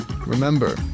Remember